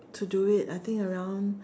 to do it I think around